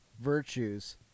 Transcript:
virtues